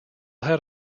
had